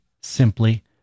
simply